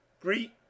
Greet